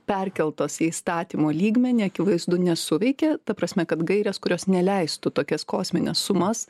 perkeltos į įstatymo lygmenį akivaizdu nesuveikė ta prasme kad gairės kurios neleistų tokias kosmines sumas